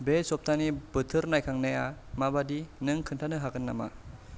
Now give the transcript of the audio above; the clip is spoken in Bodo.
बे सप्तानि बोथोर नायखांनाया माबादि नों खोन्थानो हागोन नामा